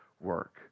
work